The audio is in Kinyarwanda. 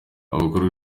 amakuru